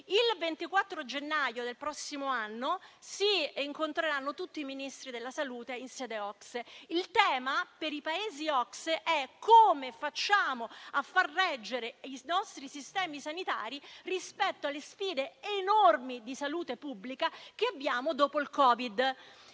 Il 24 gennaio del prossimo anno si incontreranno tutti i Ministri della salute in sede OCSE. Il tema, per i Paesi dell'OCSE, è come fare affinché i nostri sistemi sanitari reggano di fronte alle sfide enormi di salute pubblica che abbiamo dopo il Covid.